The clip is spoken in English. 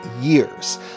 years